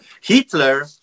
Hitler